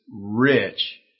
rich